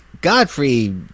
Godfrey